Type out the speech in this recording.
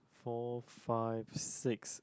four five six